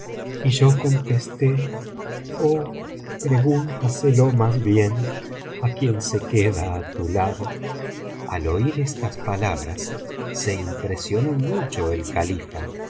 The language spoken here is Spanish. t yo contesté oh pregúntaselo más bien á quien se queda á tu lado al oir estas palabras se impresionó mucho el califa